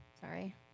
sorry